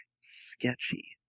sketchy